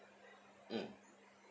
mm